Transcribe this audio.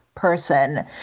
person